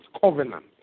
covenant